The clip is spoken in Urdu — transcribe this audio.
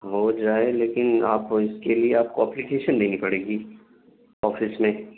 ہو جائے لیکن آپ اس کے لیے آپ کو اپلیکیشن دینی پڑے گی آفس میں